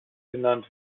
genannt